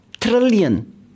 trillion